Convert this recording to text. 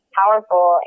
powerful